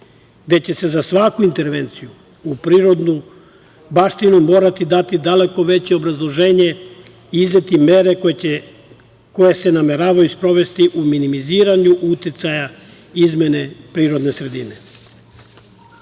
gde će se za svaku intervenciju u prirodnu baštinu morati dati daleko veće obrazloženje, izdati mere koje se nameravaju sprovesti u minimiziranju uticaja izmene prirodne sredine.U